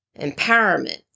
Empowerment